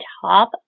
top